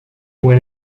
when